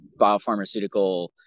biopharmaceutical